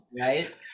right